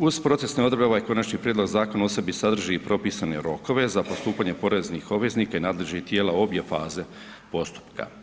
uz procesne odredbe ovaj konačni prijedlog zakona u sebi sadrži propisane rokove za postupanje poreznih obveznika i nadležnih tijela u obje faze postupka.